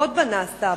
ומתערבות בנעשה בו,